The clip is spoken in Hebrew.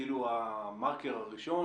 כאילו המרקר הראשון,